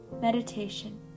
Meditation